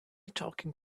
talking